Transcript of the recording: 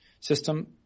system